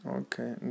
okay